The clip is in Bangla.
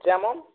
যেমন